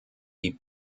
die